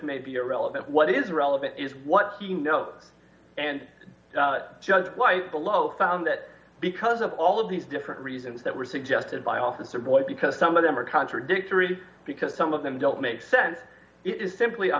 may be irrelevant what is relevant is what's the no and just below found that because of all of these different reasons that were suggested by officer boyd because some of them are contradictory because some of them don't make sense it is simply a